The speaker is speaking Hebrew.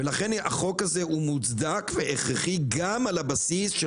לכן החוק מוצדק והכרחי גם על הבסיס של